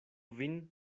vin